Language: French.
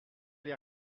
les